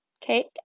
cake